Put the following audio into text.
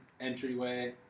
entryway